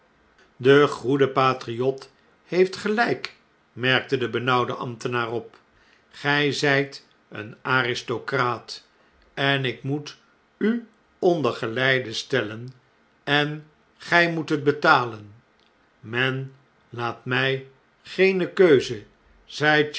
de goede patriot heeft gelijk merkte de benauwde ambtenaar op gj zjjt een aristocraat en ik moet u onder geleide stellen en g j moet het betalen menlaatmijgeenekeuze zeicharles darnay keuze